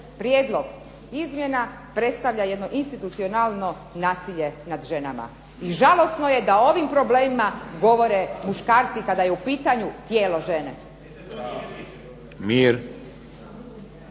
Prijedlog izmjena predstavlja jedno institucionalno nasilje nad ženama i žalosno je da o ovim problemima govore muškarci kada je u pitanju tijelo žene.